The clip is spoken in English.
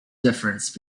difference